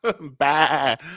Bye